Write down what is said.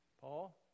Paul